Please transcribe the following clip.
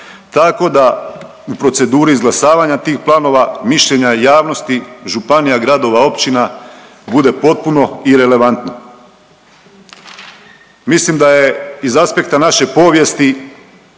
tako da u proceduri izglasavanja tih planova, mišljenja javnosti, županija, gradova, općina, bude potpuno irelevantno. Mislim da je iz aspekta naše povijesti